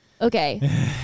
Okay